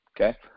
okay